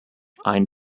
ein